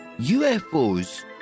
UFOs